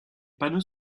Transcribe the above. panneaux